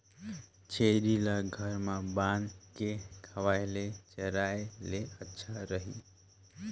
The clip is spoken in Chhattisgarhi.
छेरी ल घर म बांध के खवाय ले चराय ले अच्छा रही?